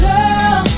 Girl